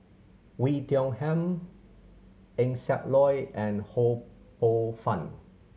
Oei Tiong Ham Eng Siak Loy and Ho Poh Fun